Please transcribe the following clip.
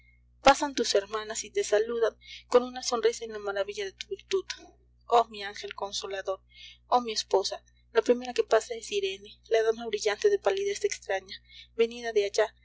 pasan tus hermanas y te saludan con una sonrisa en la maravilla de tu virtud oh mi ángel consolador oh mi esposa la primera que pasa es irene la dama brillante de palidez extraña venida de allá